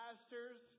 pastors